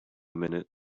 minute